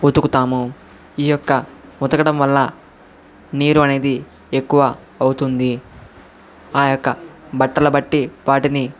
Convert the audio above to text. ఉతుకుతాము ఈ యొక్క ఉతకడం వల్ల నీరు అనేది ఎక్కువ అవుతుంది ఆ యొక్క బట్టల బట్టి వాటిని